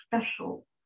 special